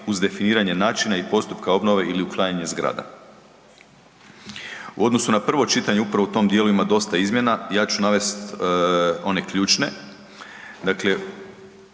uz definiranje načina i postupka obnove ili uklanjanje zgrada. U odnosu na prvo čitanje upravo u tom dijelu ima dosta izmjena i ja ću navesti one ključne.